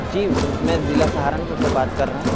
جی میں ضلع سہارنپور سے بات کر رہا ہوں